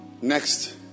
next